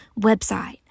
website